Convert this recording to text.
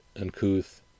uncouth